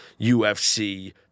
UFC